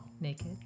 naked